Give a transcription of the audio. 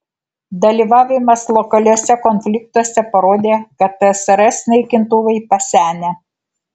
dalyvavimas lokaliuose konfliktuose parodė kad tsrs naikintuvai pasenę